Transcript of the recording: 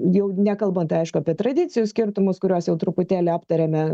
jau nekalbant aišku apie tradicijų skirtumus kuriuos jau truputėlį aptarėme